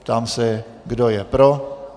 Ptám se, kdo je pro.